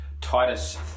Titus